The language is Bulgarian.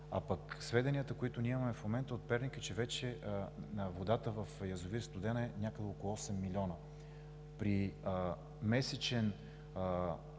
а пък сведението, което ние имаме от Перник, е, че вече водата в язовир „Студена“ е някъде около 8 милиона. При месечен